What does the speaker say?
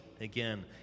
again